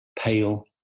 pale